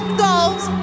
goals